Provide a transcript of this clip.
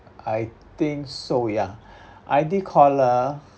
I think so ya I_D caller